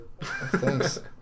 Thanks